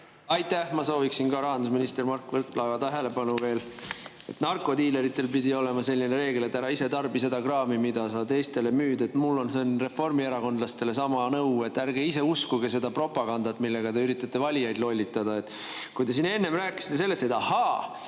Aitäh! Ma sooviksin ka veel rahandusminister Mart Võrklaeva tähelepanu. Narkodiileritel pidi olema selline reegel, et ära ise tarbi seda kraami, mida sa teistele müüd. Mul on reformierakondlastele sama nõu: ärge ise uskuge seda propagandat, millega te üritate valijaid lollitada. Te siin enne rääkisite sellest, et ahhaa,